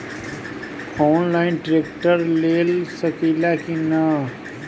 Online tractor ले सकीला कि न?